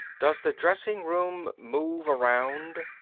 does the dressing room move around?